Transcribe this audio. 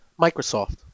Microsoft